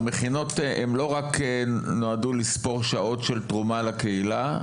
שהמכינות לא נועדו רק כדי לספור שעות של תרומה לקהילה.